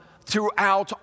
throughout